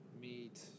meet